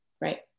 right